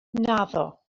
naddo